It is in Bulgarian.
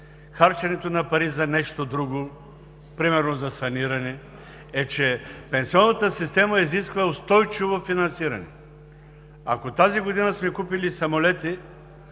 харченето на пари за нещо друго – примерно за саниране, е, че пенсионната система изисква устойчиво финансиране! Ако тази година сме купили самолети,